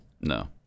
No